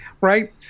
Right